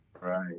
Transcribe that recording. Right